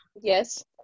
yes